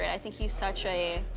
i think he's such a.